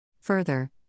Further